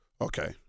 Okay